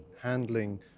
handling